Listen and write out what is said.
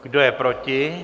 Kdo je proti?